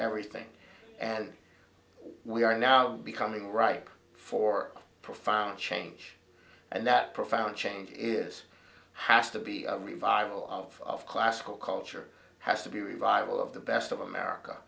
everything and we are now becoming ripe for profound change and that profound change is has to be a revival of classical culture has to be a revival of the best of america